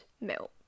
milk